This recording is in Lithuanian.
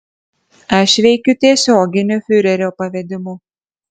aš veikiu tiesioginiu fiurerio pavedimu